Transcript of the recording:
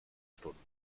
stunden